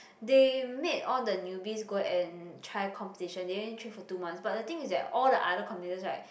they made all the newbies go and try competition they only train for two months but the thing is that all the other competitors right